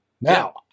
Now